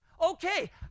Okay